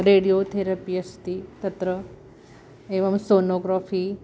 radio therapy अस्ति तत्र एवं सोनोग्रोफ़ी